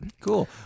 Cool